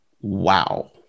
wow